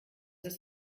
ist